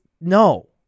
no